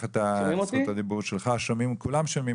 זכות הדיבור שלך.